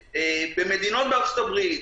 במדינות בארצות הברית,